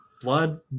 blood